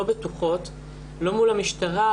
לא בטוחות אל מול המשטרה,